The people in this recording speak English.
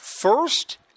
First